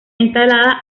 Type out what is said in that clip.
instalada